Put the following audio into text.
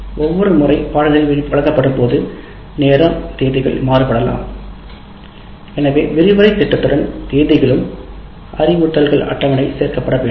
ஒவ்வொரு பாடநெறி வழங்கப்படும் நேரம் தேதிகள் மாறும் எனவே தேதிகளுடன் விரிவுரை திட்டம் அறிவுறுத்தல்கள் அட்டவணை சேர்க்கப்பட வேண்டும்